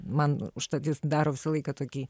man užtat jis daro visą laiką tokį